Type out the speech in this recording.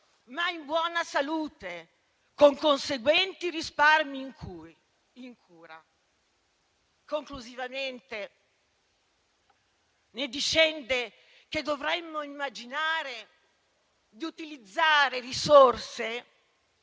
ma in buona salute, con conseguenti risparmi in cura. Conclusivamente ne discende che dovremmo immaginare di utilizzare risorse